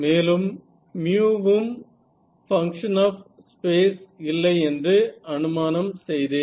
மேலும் மியு μ ம் function of space இல்லை என்று அனுமானம் செய்தேன்